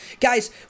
Guys